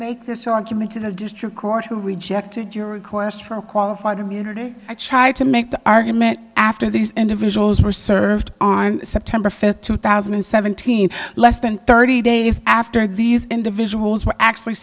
make this argument to the district court rejected your request for a qualified immunity i tried to make the argument after these individuals were served on september fifth two thousand and seventeen less than thirty days after these individuals were actually